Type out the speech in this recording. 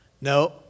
No